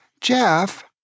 Jeff